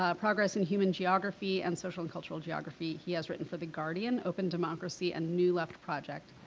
ah progress in human geography, and social and cultural geography. he has written for the guardian, open democracy, and new left project.